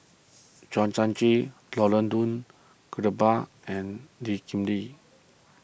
Thio Chan Laurence Nunns Guillemard and Lee Kip Lee